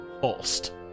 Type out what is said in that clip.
Holst